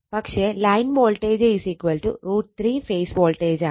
പക്ഷെ line voltage √ 3 phase വോൾട്ടേജാണ്